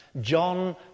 John